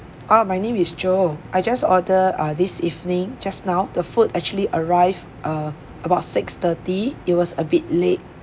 oh my name is jo I just order ah this evening just now the food actually arrived uh about six thirty it was a bit late